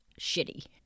shitty